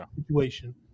situation